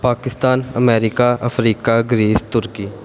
Pakistan America Africa Greece turkey